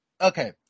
Okay